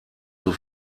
zur